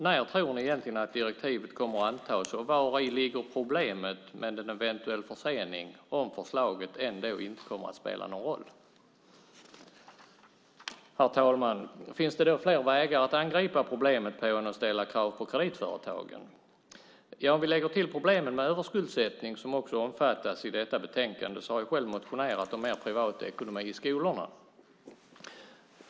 När tror ni egentligen att direktivet kommer att antas och vari ligger problemet med en eventuell försening om förslaget ändå inte kommer att spela någon roll? Herr talman! Finns det fler vägar att angripa problemet än att ställa högre krav på kreditföretagen? Ja, lägger vi till problemen med överskuldsättning som också omfattas i detta betänkande har jag själv motionerat om mer privatekonomi i skolorna.